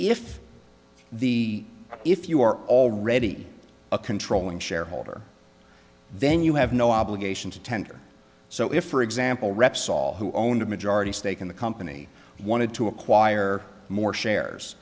if the if you are already a controlling shareholder then you have no obligation to tender so if for example repsol who owned a majority stake in the company wanted to acquire more shares